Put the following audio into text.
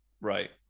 Right